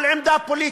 על עמדה פוליטית,